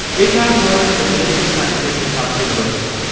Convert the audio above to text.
eitan hersh is a political scientist at tufts university.